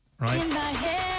right